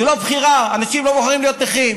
זו לא בחירה, אנשים לא בוחרים להיות נכים.